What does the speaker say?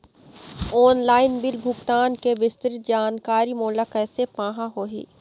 Online bill भुगतान के विस्तृत जानकारी मोला कैसे पाहां होही?